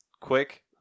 quick